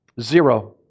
Zero